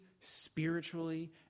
spiritually